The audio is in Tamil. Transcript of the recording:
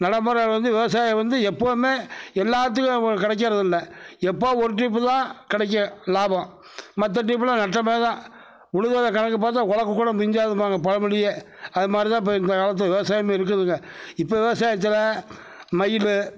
நடைமுறைல வந்து விவசாயம் வந்து எப்பவும் எல்லாத்லேயும் உங்களுக் கிடைக்கிறதில்ல எப்போ ஒரு ட்ரிப்புதான் கிடைக்கும் லாபம் மற்ற ட்ரிப்பலாம் நட்டமாகதான் உழுதலில் கணக்கு பார்த்தா ஆழக்க கூட மிஞ்சாதுன்பாங்க பழமொழி அது மாதிரிதான் இப்போ இந்த காலத்து விவசாயம் இருக்குதுங்க இப்போ விவசாயத்தில் மயில்